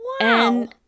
Wow